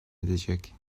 edecek